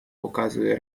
показує